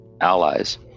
allies